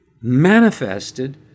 manifested